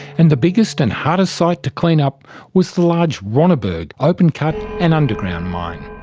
and the biggest and hardest site to clean up was the large ronneburg open cut and underground mine.